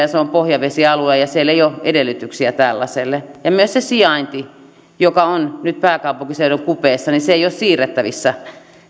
se on pohjavesialue ja siellä ei ole edellytyksiä tällaiselle ja myös se kentän sijainti joka on nyt pääkaupunkiseudun kupeessa ei ole siirrettävissä